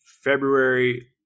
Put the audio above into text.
February